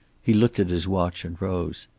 he looked at his watch and rose.